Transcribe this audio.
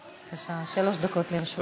שלוש דקות לרשותך.